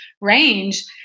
range